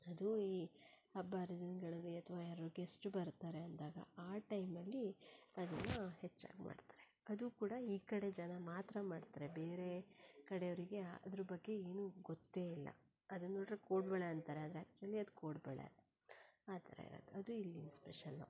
ಅದು ಈ ಹಬ್ಬ ಹರಿದಿನಗಳಲ್ಲಿ ಅಥವಾ ಯಾರದ್ರು ಗೆಸ್ಟ್ ಬರ್ತಾರೆ ಅಂದಾಗ ಆ ಟೈಮಲ್ಲಿ ಅದನ್ನು ಹೆಚ್ಚಾಗಿ ಮಾಡ್ತಾರೆ ಅದೂ ಕೂಡ ಈ ಕಡೆ ಜನ ಮಾತ್ರ ಮಾಡ್ತಾರೆ ಬೇರೆ ಕಡೆಯವರಿಗೆ ಆ ಅದ್ರ ಬಗ್ಗೆ ಏನೂ ಗೊತ್ತೇ ಇಲ್ಲ ಅದನ್ನು ನೋಡ್ದ್ರೆ ಕೋಡುಬಳೆ ಅಂತಾರೆ ಆದರೆ ಆಕ್ಚುಲಿ ಅದು ಕೊಡುಬಳೆ ಆ ಥರ ಇರತ್ತೆ ಅದೂ ಇಲ್ಲಿನ ಸ್ಪೆಷಲ್ಲು